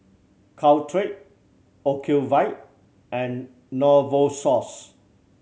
Caltrate Ocuvite and Novosource